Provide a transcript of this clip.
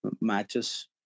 matches